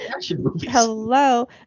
hello